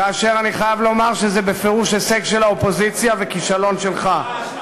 כאשר אני חייב לומר שזה בפירוש הישג של האופוזיציה וכישלון שלך.